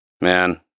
Man